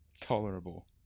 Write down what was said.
Tolerable